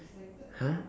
!huh!